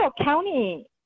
County